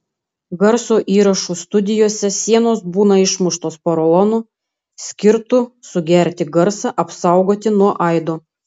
garso įrašų studijose sienos būna išmuštos porolonu skirtu sugerti garsą apsaugoti nuo aido